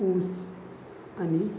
ऊस आणि